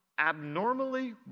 abnormally